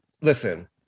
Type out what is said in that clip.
listen